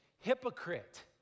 hypocrite